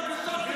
מה קורה לך?